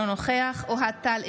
אינו נוכח אוהד טל,